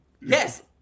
Yes